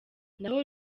naho